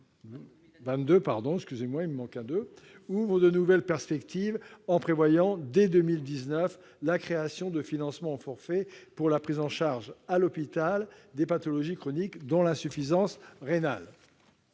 2019, comme le plan « Ma santé 2022 », ouvre de nouvelles perspectives : il prévoit dès 2019 la création de financements au forfait pour la prise en charge à l'hôpital des pathologies chroniques, dont l'insuffisance rénale.